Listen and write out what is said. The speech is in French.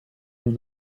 nous